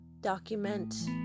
document